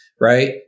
right